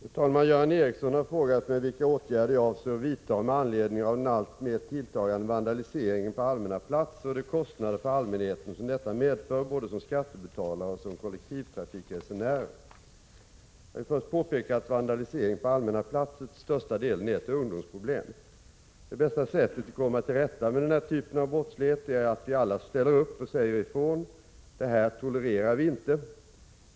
Fru talman! Göran Ericsson har frågat mig vilka åtgärder jag avser att vidta med anledning av den alltmer tilltagande vandaliseringen på allmänna platser och de kostnader för allmänheten som detta medför både som skattebetalare och som kollektivtrafikresenärer. Jag vill först påpeka att vandalisering på allmänna platser till största delen är ett ungdomsproblem. Det bästa sättet att komma till rätta med den här typen av brottslighet är att vi alla ställer upp och säger ifrån: Det här tolererar viinte.